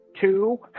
Two